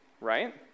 right